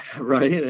right